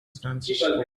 francisco